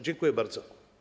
Dziękuję bardzo.